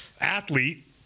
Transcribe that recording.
athlete